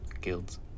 guilds